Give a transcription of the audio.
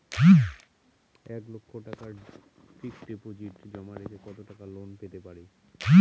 এক লক্ষ টাকার ফিক্সড ডিপোজিট জমা রেখে কত টাকা লোন পেতে পারি?